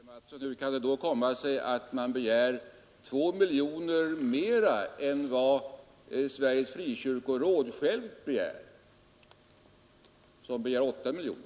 Herr talman! Hur kan det då komma sig, herr Mattsson i Lane-Herrestad, att man begär 2 miljoner mera än Sveriges frikyrkoråd självt, som begär 8 miljoner?